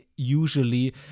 usually